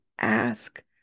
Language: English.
ask